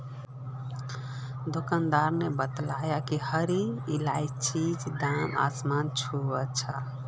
दुकानदार न बताले कि हरा इलायचीर दाम आसमान छू छ